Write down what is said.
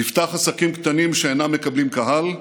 נפתח עסקים קטנים שאינם מקבלים קהל,